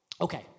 Okay